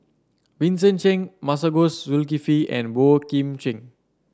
Vincent Cheng Masagos Zulkifli and Boey Kim Cheng